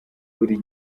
buri